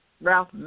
Ralph